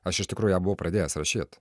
aš iš tikrųjų ją buvau pradėjęs rašyt